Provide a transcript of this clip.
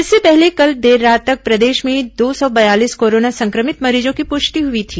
इससे पहले कल देर रात तक प्रदेश में दो सौ बयालीस कोरोना संक्रमित मरीजों की पुष्टि हुई थी